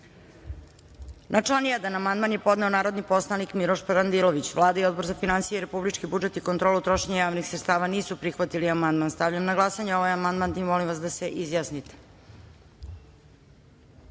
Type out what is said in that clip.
član 1. amandman je podneo narodni poslanik Miloš Parandilović. Vlada i Odbor za finansije, republički budžet i kontrolu trošenja javnih sredstava nisu prihvatili amandman. Stavljam na glasanje ovaj amandman i molim vas da se